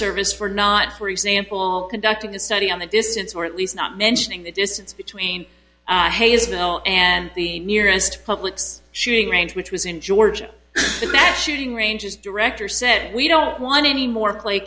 service for not for example conducting a study on the distance or at least not mentioning the distance between israel and the nearest public's shooting range which was in georgia the bashing ranges director said we don't want any more play